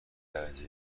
درجه